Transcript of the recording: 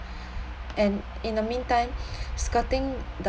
and in the meantime skirting the